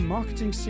Marketing